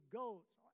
goats